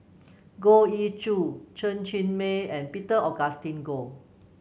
Goh Ee Choo Chen Cheng Mei and Peter Augustine Goh